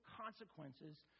consequences